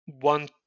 one